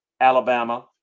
Alabama